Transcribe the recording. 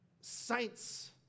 saints